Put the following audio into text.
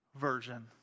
version